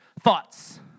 thoughts